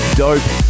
dope